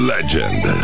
Legend